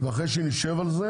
ואחרי שנשב על זה